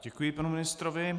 Děkuji panu ministrovi.